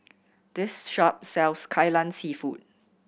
this shop sells Kai Lan Seafood